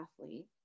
athlete